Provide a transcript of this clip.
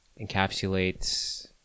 encapsulates